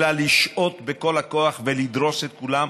אלא לשעוט בכל הכוח ולדרוס את כולם,